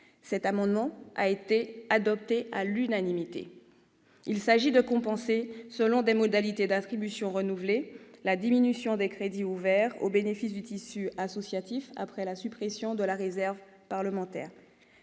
Cet amendement a été adopté à l'unanimité. Il s'agit ainsi de compenser, selon des modalités d'attribution renouvelées, la diminution de crédits ouverts au bénéfice du tissu associatif après la suppression de la réserve parlementaire.